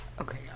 Okay